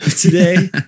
today